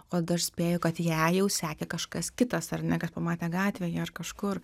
o dar spėju kad ją jau sekė kažkas kitas ar ne kas pamatė gatvėje ar kažkur